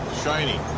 shiny.